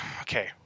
okay